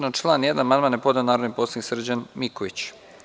Na član 1. Amandman je podneo narodni poslanik Srđan Miković.